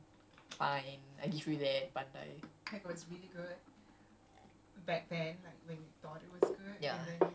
although it did start lah it did spur it it started my my thing for gundam so okay fine fine I give you that bandai